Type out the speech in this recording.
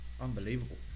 unbelievable